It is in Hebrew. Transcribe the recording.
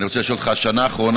אני רואה לשאול אותך: בשנה האחרונה